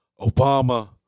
Obama